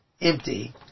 empty